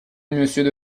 monsieur